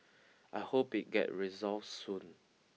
I hope it get resolved soon